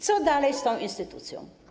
Co dalej z tą instytucją?